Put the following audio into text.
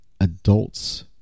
adults